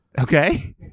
Okay